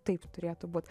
taip turėtų būt